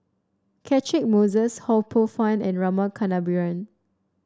Catchick Moses Ho Poh Fun and Rama Kannabiran